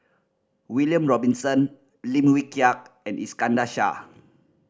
William Robinson Lim Wee Kiak and Iskandar Shah